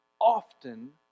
often